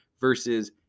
versus